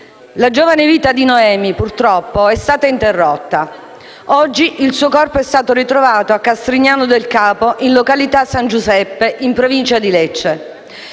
La giovane vita di Noemi, purtroppo, è stata interrotta. Oggi il suo corpo è stato ritrovato a Castrignano del Capo, in località San Giuseppe, in provincia di Lecce.